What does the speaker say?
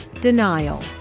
Denial